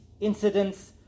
incidents